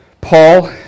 Paul